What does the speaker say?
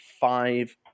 five